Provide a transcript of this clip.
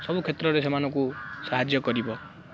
ସବୁ କ୍ଷେତ୍ରରେ ସେମାନଙ୍କୁ ସାହାଯ୍ୟ କରିବ